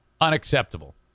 Unacceptable